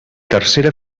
tercera